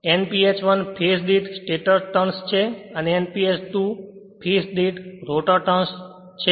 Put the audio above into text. Nph1 phase દીઠ stator turns છે અને Nph2 ફેજ દીઠ રોટર ટર્ન્સ છે